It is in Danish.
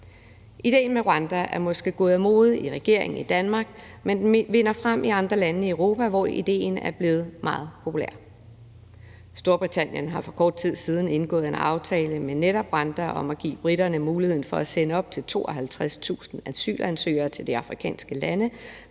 Idéen med Rwanda er måske gået af mode i regeringen i Danmark, men den vinder frem i andre lande i Europa, hvor idéen er blevet meget populær. Storbritannien har for kort tid siden indgået en aftale med netop Rwanda om at give briterne muligheden for at sende op til 52.000 asylansøgere til de afrikanske lande,